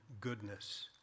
goodness